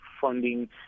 Funding